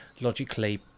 logically